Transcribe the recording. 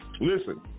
Listen